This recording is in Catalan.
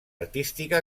artística